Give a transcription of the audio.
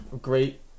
great